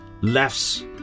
laughs